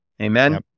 Amen